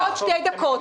עוד שתי דקות.